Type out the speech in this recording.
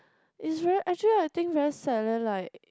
is very actually I think very sad then like